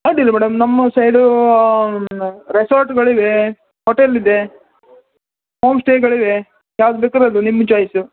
ಅಡ್ಡಿಲ್ಲ ಮೇಡಮ್ ನಮ್ಮ ಸೈಡು ರೆಸಾರ್ಟುಗಳಿವೆ ಹೊಟೇಲ್ ಇದೆ ಹೋಮ್ಸ್ಟೇಗಳಿವೆ ಯಾವ್ದು ಬೇಕಾರೆ ಅದು ನಿಮ್ಮ ಚಾಯ್ಸು